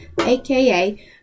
aka